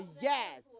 Yes